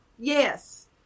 Yes